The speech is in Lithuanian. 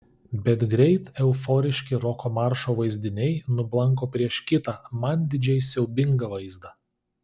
bet greit euforiški roko maršo vaizdiniai nublanko prieš kitą man didžiai siaubingą vaizdą